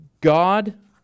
God